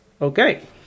Okay